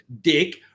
Dick